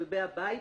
כלבי הבית,